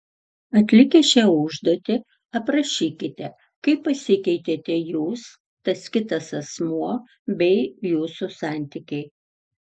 atlikę šią užduotį aprašykite kaip pasikeitėte jūs tas kitas asmuo bei jūsų santykiai